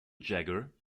jagger